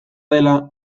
dela